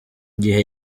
gihe